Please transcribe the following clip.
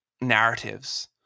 narratives